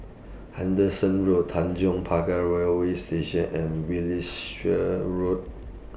Henderson Road Tanjong Pagar Railway Station and Wiltshire Road